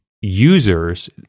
users